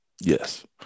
Yes